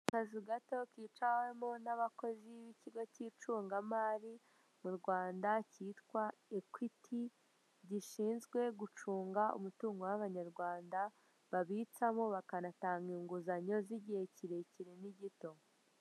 Akazu gato kicawemo n'abakozi b'ikigo cy'icungamari mu Rwanda cyitwa ekwiti (equity) gishinzwe gucunga umutungo w'abanyarwanda babicamo bakanatanga inguzanyo z'igihe kirekire n'igito.